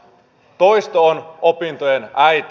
toisto on opintojen äiti